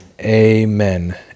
amen